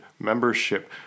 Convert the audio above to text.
membership